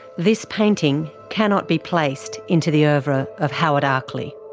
this painting cannot be placed into the ah oeuvre of howard arkley.